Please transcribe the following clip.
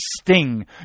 sting